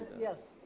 Yes